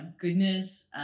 goodness